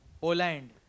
Poland